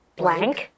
blank